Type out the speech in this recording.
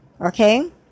Okay